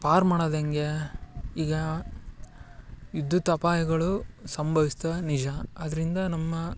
ಪಾರು ಮಾಡೋದ್ ಹೆಂಗೆ ಈಗ ವಿದ್ಯುತ್ ಅಪಾಯಗಳು ಸಂಭವಿಸ್ತವೆ ನಿಜ ಆದ್ದರಿಂದ ನಮ್ಮ